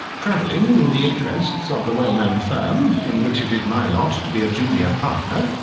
travelling in the interests of the wellknown firm in which it is my lot to be a junior partner,